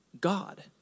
God